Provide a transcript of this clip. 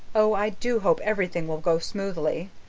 oh, i do hope everything will go smoothly.